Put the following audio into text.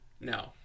No